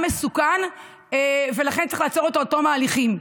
מסוכן ולכן צריך לעצור אותו עד תום ההליכים.